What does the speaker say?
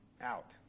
out